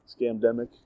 scamdemic